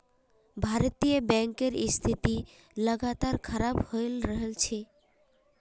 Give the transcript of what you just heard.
भारतीय बैंकेर स्थिति लगातार खराब हये रहल छे